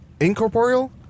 Incorporeal